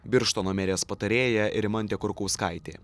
birštono merės patarėja rimantė kurkauskaitė